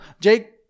Jake